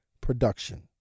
production